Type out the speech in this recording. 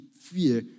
fear